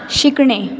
शिकणे